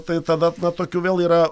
tai tada na tokių vėl yra